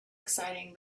exciting